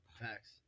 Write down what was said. Facts